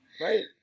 Right